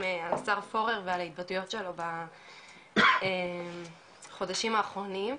על השר פורר ועל ההתבטאויות שלו בחודשים האחרונים.